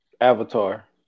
Avatar